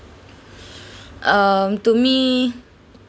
um to me